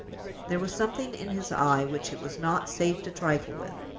there was something in his eye which it was not safe to trifle with.